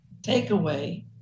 takeaway